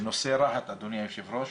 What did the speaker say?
בנושא רהט, אדוני יושב הראש,